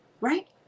Right